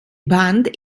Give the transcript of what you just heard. band